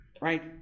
right